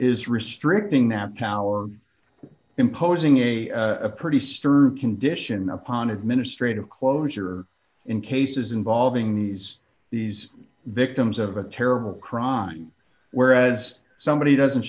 is restricting that power in posing a pretty condition upon administrative closure in cases involving these these victims of a terrible crime whereas somebody doesn't